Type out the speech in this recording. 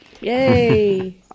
Yay